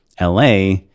LA